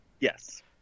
Yes